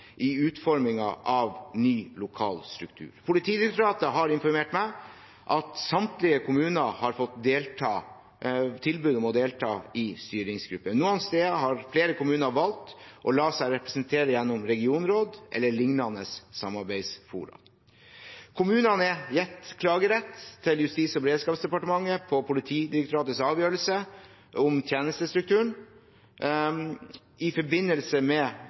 i utformingen av ny lokal struktur. Politidirektoratet har informert meg om at samtlige kommuner har fått tilbud om å delta i styringsgrupper. Noen steder har flere kommuner valgt å la seg representere gjennom regionråd eller lignende samarbeidsfora. Kommunene er gitt klagerett til Justis- og beredskapsdepartementet på Politidirektoratets avgjørelse om tjenestestrukturen. I forbindelse med